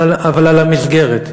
אבל על המסגרת,